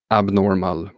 abnormal